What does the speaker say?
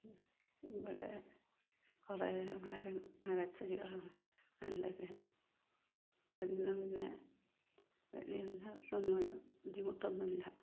ഇവിടെ കുറേ മരച്ചെടികളാണ് നല്ലത് ബുദ്ധിമുട്ടൊന്നും ഇല്ല